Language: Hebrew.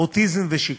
אוטיזם ושיקום.